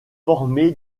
formé